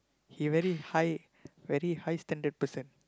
he very high very high standard person